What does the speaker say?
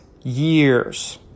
years